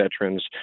veterans